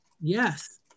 Yes